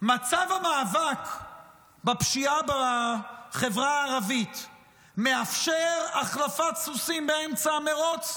מצב המאבק בפשיעה בחברה הערבית מאפשר החלפת סוסים באמצע המרוץ?